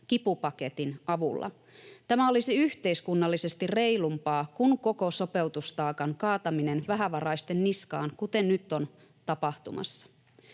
’kipupaketin’ avulla. Tämä olisi yhteiskunnallisesti reilumpaa kuin koko sopeutustaakan kaataminen vähävaraisten niskaan, kuten nyt on tapahtumassa.”